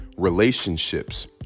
relationships